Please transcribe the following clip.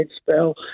spell